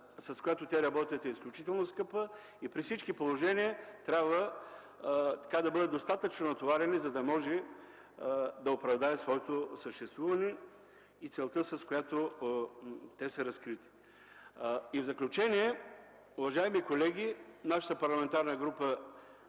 с която работят, е изключително скъпа – при всички положения трябва да бъдат достатъчно натоварени, за да оправдаят своето съществуване и целта, с която са разкрити. В заключение. Уважаеми колеги, нашата парламентарна група